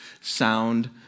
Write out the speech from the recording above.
sound